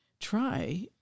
try